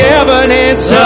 evidence